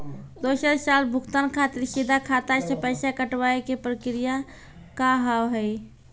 दोसर साल भुगतान खातिर सीधा खाता से पैसा कटवाए के प्रक्रिया का हाव हई?